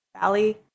valley